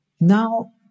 Now